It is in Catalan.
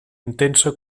intensa